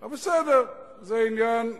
בסדר, זה עניין שולי.